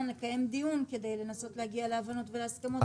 לקיים דיון כדי לנסות להגיע להבנות ולהסכמות.